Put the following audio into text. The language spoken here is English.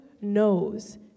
knows